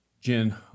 jen